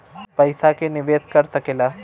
पइसा के निवेस कर सकेला